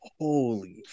holy